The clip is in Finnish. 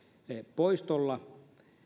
poistolla